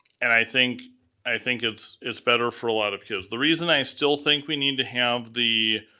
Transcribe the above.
and i think i think it's it's better for a lot of kids. the reason i still think we need to have the